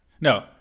No